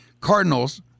Cardinals